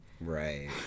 Right